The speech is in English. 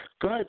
Good